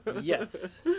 yes